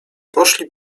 poszli